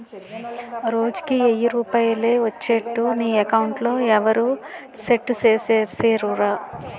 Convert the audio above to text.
రోజుకి ఎయ్యి రూపాయలే ఒచ్చేట్లు నీ అకౌంట్లో ఎవరూ సెట్ సేసిసేరురా